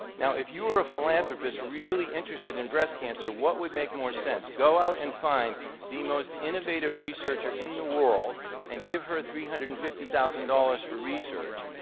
now, if you were a philanthropist really interested in breast cancer, what would make more sense go out and find the most innovative researcher in the world and give her three hundred and fifty thousand dollars for research,